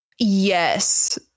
yes